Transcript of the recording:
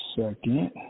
second